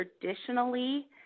traditionally